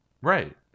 right